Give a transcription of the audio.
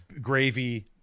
Gravy